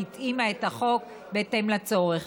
היא התאימה את החוק בהתאם לצורך.